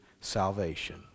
salvation